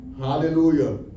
Hallelujah